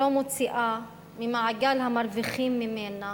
לא מוציאה ממעגל המרוויחים ממנה